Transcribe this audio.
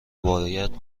باید